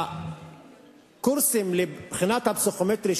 הקורסים לקראת הבחינה הפסיכומטרית,